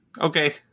Okay